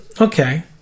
Okay